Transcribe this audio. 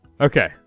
Okay